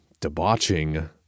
debauching